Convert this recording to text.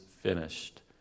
finished